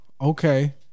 okay